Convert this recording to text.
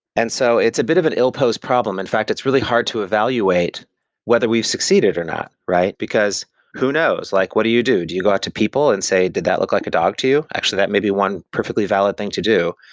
and so it's a bit of an ill-posed problem. in fact, it's really hard to evaluate whether we've succeeded or not, right? because who knows? like what do you do? do you go out to people and say did that look like a dog to you? actually that may be one perfectly valid thing to do,